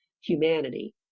humanity